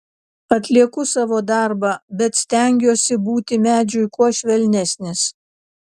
atlieku savo darbą bet stengiuosi būti medžiui kuo švelnesnis